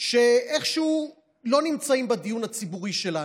שאיכשהו לא נמצאים בדיון הציבורי שלנו: